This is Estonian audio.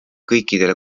kõikidele